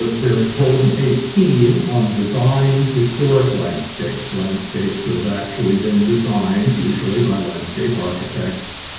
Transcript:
there is bulletin eighteen on designed historic landscapes, landscapes that have actually been designed, usually by landscape architects.